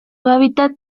hábitat